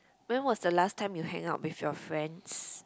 when was the last time you hang out with your friends